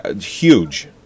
huge